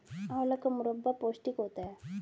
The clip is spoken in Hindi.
आंवला का मुरब्बा पौष्टिक होता है